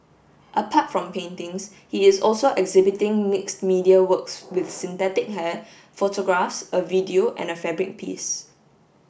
apart from paintings he is also exhibiting mix media works with synthetic hair photographs a video and a fabric piece